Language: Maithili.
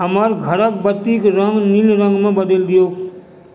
हमर घरक बत्तीके रंग नील रंग मे बदलि दियौक